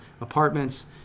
apartments